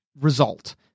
result